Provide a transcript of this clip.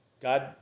God